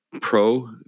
pro